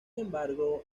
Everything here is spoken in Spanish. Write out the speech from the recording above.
embargo